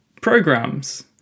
programs